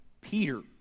Peter